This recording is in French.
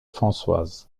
françoise